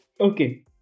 Okay